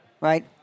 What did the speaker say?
right